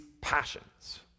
passions